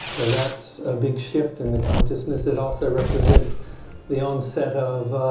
that's a big shift in the consciousness, it also represents the onset of